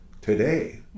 today